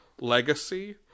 legacy